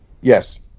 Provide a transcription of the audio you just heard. Yes